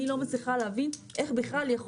אני לא מצליחה להבין איך בכלל יכול